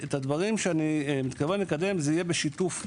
הדברים שאקדם יהיו בשיתוף השותפים,